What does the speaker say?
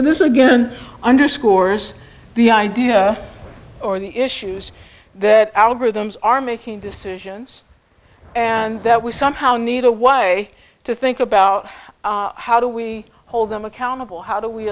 this is again underscores the idea or the issues that algorithms are making decisions and that we somehow need a way to think about how do we hold them accountable how do we